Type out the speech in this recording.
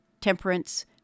temperance